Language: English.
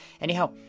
Anyhow